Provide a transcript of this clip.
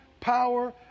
Power